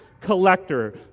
collector